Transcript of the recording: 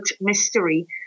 Mystery